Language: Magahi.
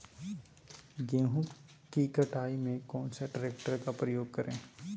गेंहू की कटाई में कौन सा ट्रैक्टर का प्रयोग करें?